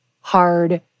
hard